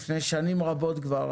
לפני שנים רבות כבר,